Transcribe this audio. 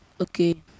Okay